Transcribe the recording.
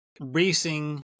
racing